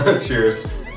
Cheers